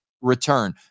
return